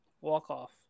walk-off